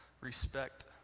respect